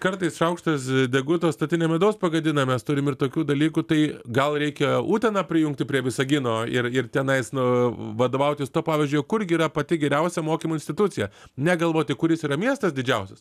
kartais šaukštas deguto statinę medaus pagadina mes turim ir tokių dalykų tai gal reikia uteną prijungti prie visagino ir ir tenais nu vadovautis tuo pavyzdžiu o kurgi yra pati geriausia mokymo institucija negalvoti kuris yra miestas didžiausias